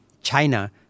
China